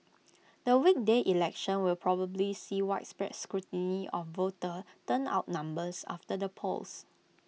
the weekday election will probably see widespread scrutiny of voter turnout numbers after the polls